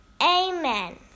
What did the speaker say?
amen